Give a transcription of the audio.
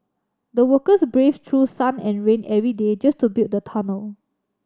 the workers braved through sun and rain every day just to build the tunnel